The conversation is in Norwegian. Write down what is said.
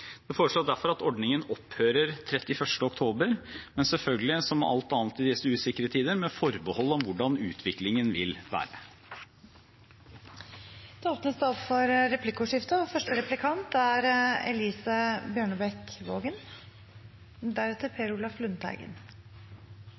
derfor at ordningen opphører 31. oktober, men selvfølgelig – som med alt annet i disse usikre tider – med forbehold om hvordan utviklingen vil